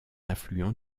affluent